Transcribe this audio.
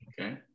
Okay